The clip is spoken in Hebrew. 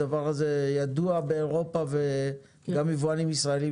הדבר הזה ידוע באירופה וגם יבואנים ישראלים